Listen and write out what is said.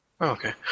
Okay